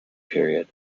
period